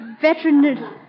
Veteran